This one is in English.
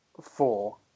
four